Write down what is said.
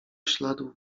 śladów